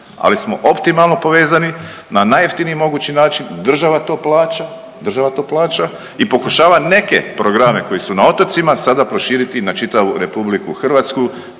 ali smo optimalno povezani na najjeftiniji mogući način. Država to plaća, država to plaća i pokušava neke programe koji su na otocima sada proširiti i na čitavu Republiku Hrvatsku.